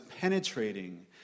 penetrating